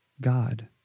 God